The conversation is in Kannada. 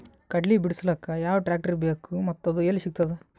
ಕಡಲಿ ಬಿಡಿಸಲಕ ಯಾವ ಟ್ರಾಕ್ಟರ್ ಬೇಕ ಮತ್ತ ಅದು ಯಲ್ಲಿ ಸಿಗತದ?